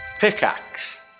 Pickaxe